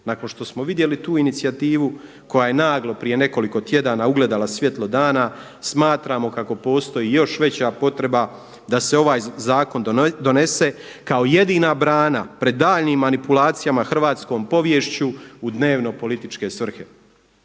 Nakon što smo vidjeli tu inicijativu koja je naglo prije nekoliko tjedana ugledala svjetlo dana smatramo kako postoji još veća potreba da se ovaj zakon donese kao jedina brana pred daljnjim manipulacijama hrvatskom poviješću u dnevno-političke svrhe.